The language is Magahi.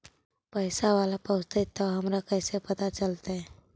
पैसा बाला पहूंचतै तौ हमरा कैसे पता चलतै?